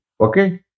Okay